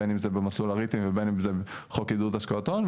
בין אם זה במסלול הריטים ובן אם זה חוק עידוד השקעות הון,